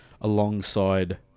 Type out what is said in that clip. alongside